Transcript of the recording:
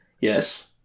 Yes